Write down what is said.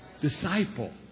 Disciple